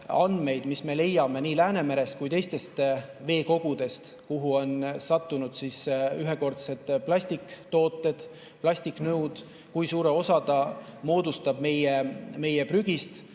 mida me leiame nii Läänemerest kui teistest veekogudest, kuhu on sattunud ühekordsed plastiktooted, sealhulgas ka plastiknõud, kui suure osa need moodustavad meie prügist,